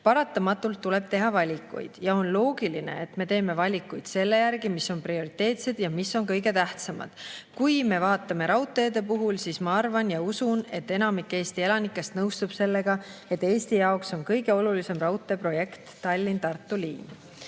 Paratamatult tuleb teha valikuid. Ja on loogiline, et me teeme valikuid selle järgi, mis on prioriteetsed ja mis on kõige tähtsamad. Kui me vaatame raudteede puhul, siis ma arvan ja ma usun, et enamik Eesti elanikest nõustub sellega, et Eesti jaoks on kõige olulisem raudteeprojekt Tallinna-Tartu liin."